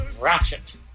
ratchet